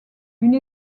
une